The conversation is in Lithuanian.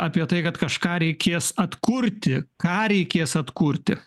apie tai kad kažką reikės atkurti ką reikės atkurti